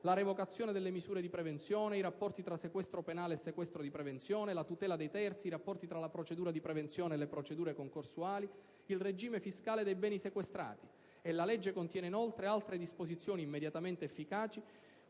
la revocazione delle misure di prevenzione, i rapporti tra sequestro penale e sequestro di prevenzione, la tutela dei terzi, i rapporti tra la procedura di prevenzione e le procedure concorsuali, il regime fiscale dei beni sequestrati. La legge contiene, inoltre, altre disposizioni immediatamente efficaci,